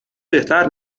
بهتر